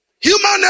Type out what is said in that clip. Human